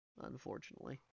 Unfortunately